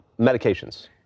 medications